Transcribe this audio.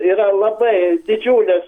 yra labai didžiulis